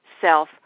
self